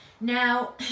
now